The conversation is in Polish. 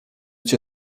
cię